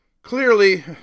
Clearly